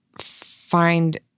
find –